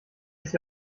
ist